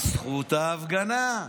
זכות ההפגנה.